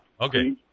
Okay